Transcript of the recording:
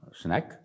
snack